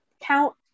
count